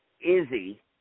Izzy